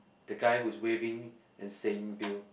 the guy who's waving and saying bill